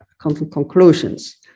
conclusions